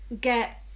get